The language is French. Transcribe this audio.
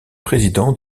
président